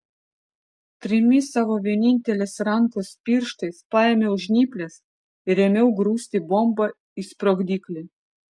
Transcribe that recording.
trimis savo vienintelės rankos pirštais paėmiau žnyples ir ėmiau grūsti bombą į sprogdiklį